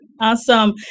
Awesome